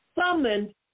summoned